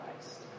Christ